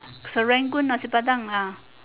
serangoon nasi-padang ah